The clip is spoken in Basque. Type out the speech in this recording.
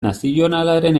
nazionalaren